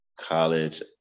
college